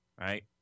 right